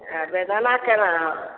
हँ बेदाना केना हए